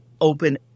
open